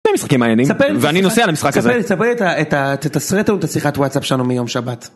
זה משחקים מעניינים, ואני נוסע למשחק הזה. ספר לי ספר לי את ה.., תתסרט לנו את השיחת וואטסאפ שלנו מיום שבת.